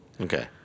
Okay